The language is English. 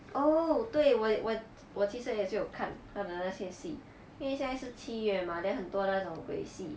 oh 对我我我其实也是有看看他的那些戏因为现在是七月 mah then 很多那种鬼戏